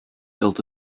built